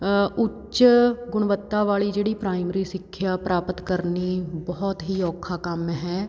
ਉੱਚ ਗੁਣਵੱਤਾ ਵਾਲੀ ਜਿਹੜੀ ਪ੍ਰਾਇਮਰੀ ਸਿੱਖਿਆ ਪ੍ਰਾਪਤ ਕਰਨੀ ਬਹੁਤ ਹੀ ਔਖਾ ਕੰਮ ਹੈ